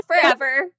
forever